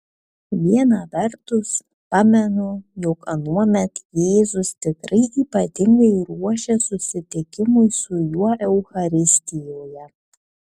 viena vertus pamenu jog anuomet jėzus tikrai ypatingai ruošė susitikimui su juo eucharistijoje